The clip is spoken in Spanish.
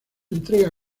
entrega